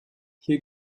hier